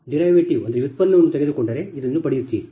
ನೀವು ಉತ್ಪನ್ನವನ್ನು ತೆಗೆದುಕೊಂಡರೆ ಇದನ್ನು ಪಡೆಯುತ್ತೀರಿ ಸರಿ